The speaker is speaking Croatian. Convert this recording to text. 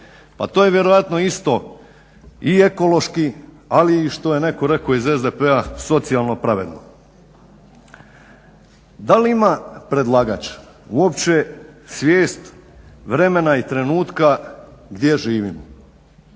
Pa to je vjerojatno isto i ekološki ali i što je netko rekao iz SDP-a socijalno pravedno. Da li ima predlagač uopće svijest, vremena i trenutka gdje živimo?